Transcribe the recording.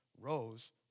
rose